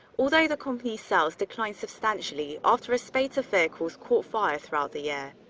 although the company's sales declined substantially after a spate of vehicles caught fire throughout the year.